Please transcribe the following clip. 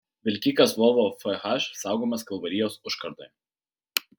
vilkikas volvo fh saugomas kalvarijos užkardoje